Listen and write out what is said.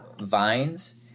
Vines